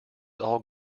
all